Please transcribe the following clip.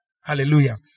Hallelujah